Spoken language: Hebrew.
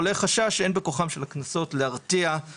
עולה חשש שאין בכוחם של הקנסות להרתיע.